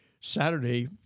Saturday